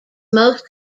most